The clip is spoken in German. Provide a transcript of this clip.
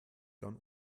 dann